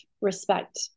respect